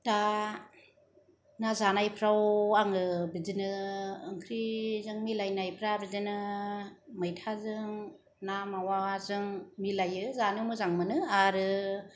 दा ना जानायफोराव आङो बिदिनो ओंख्रिजों मिलायनायफोरा बिदिनो मैथाजों ना मावाजों मिलायो जानो मोजां मोनो आरो